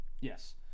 Yes